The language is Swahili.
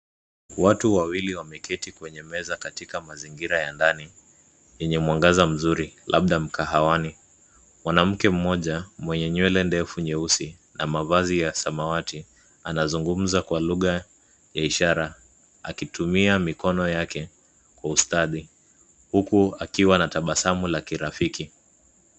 Watu wawili wameketi kwenye meza katika mazingira ya ndani yenye mwangaza mzuri labda mkahawani. Mwanamke mmoja mwenye nywele ndefu nyeusi na mavazi ya samawati, anazungumza kwa lugha ya ishara akitumia mikono yake kwa ustadi huku akiwa na tabasamu la kirafiki.